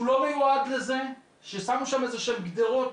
שהוא לא מיועד לזה, ששמו שם איזשהן גדרות,